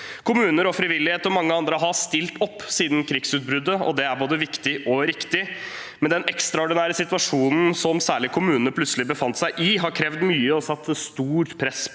Kommuner og frivillighet og mange andre har stilt opp siden krigsutbruddet, og det er både viktig og riktig, men den ekstraordinære situasjonen som særlig kommunene plutselig befant seg i, har krevd mye og satt stort press på